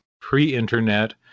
pre-internet